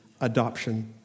adoption